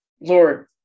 Lord